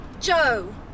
Joe